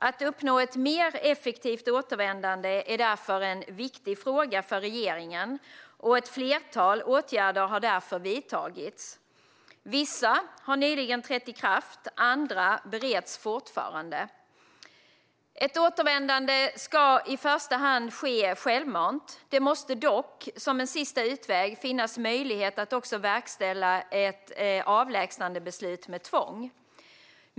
Att uppnå ett mer effektivt återvändande är en viktig fråga för regeringen, och ett flertal åtgärder har därför vidtagits. Vissa av de nya bestämmelserna har nyligen trätt i kraft, andra bereds fortfarande. Ett återvändande ska i första hand ske självmant. Det måste dock, som en sista utväg, finnas möjlighet att också verkställa ett avlägsnandebeslut med tvång.